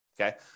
okay